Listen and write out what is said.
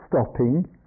stopping